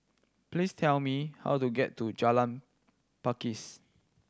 please tell me how to get to Jalan Pakis